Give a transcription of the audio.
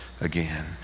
again